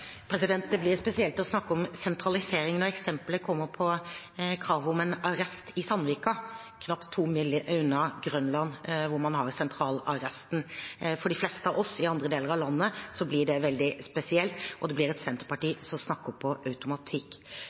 Det blir spesielt å snakke om sentralisering når eksempelet som kommer, er et krav om en arrest i Sandvika, knapt to mil unna Grønland, hvor man har Sentralarresten. For de fleste av oss i andre deler av landet blir det veldig spesielt, og det blir et Senterparti som snakker på automatikk.